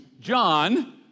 John